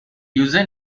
user